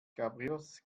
cabrios